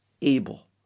able